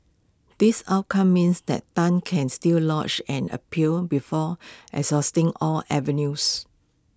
this outcome means that Tan can still lodge an appeal before exhausting all avenues